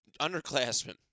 Underclassmen